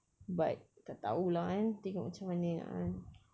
but tak tahu lah eh tengok macam mana ah